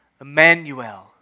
Emmanuel